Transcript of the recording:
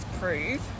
prove